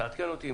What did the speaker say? תעדכן אותי.